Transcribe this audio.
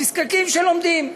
נזקקים שלומדים: